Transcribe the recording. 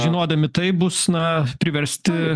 žinodami tai bus na priversti